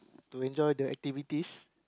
to enjoy the activities